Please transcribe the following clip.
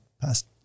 past